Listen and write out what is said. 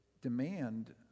demand